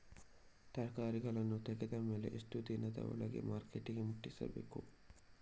ತರಕಾರಿಗಳನ್ನು ತೆಗೆದ ಮೇಲೆ ಎಷ್ಟು ದಿನಗಳ ಒಳಗೆ ಮಾರ್ಕೆಟಿಗೆ ಮುಟ್ಟಿಸಬೇಕು?